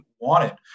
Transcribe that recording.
wanted